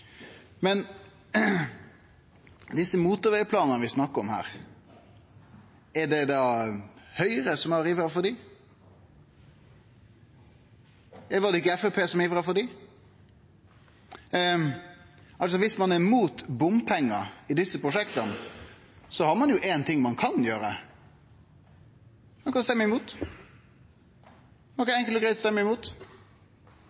Men når det gjeld desse motorvegplanane vi snakkar om her: Er det da Høgre som har ivra for dei? Var det ikkje Framstegspartiet som ivra for dei? Viss ein er imot bompengar i desse prosjekta, har ein jo éin ting ein kan gjere: Ein kan stemme imot,